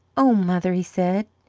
oh, mother, he said.